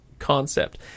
concept